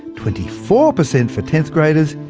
twenty four percent for tenth graders,